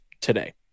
today